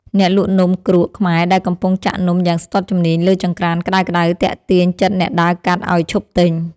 អ្នកលក់នំគ្រក់ខ្មែរដែលកំពុងចាក់នំយ៉ាងស្ទាត់ជំនាញលើចង្ក្រានក្ដៅៗទាក់ទាញចិត្តអ្នកដើរកាត់ឱ្យឈប់ទិញ។